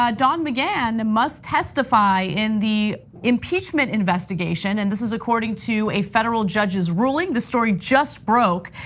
ah don mcgahn must testify in the impeachment investigation, and this is according to a federal judge's ruling. the story just broke,